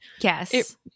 Yes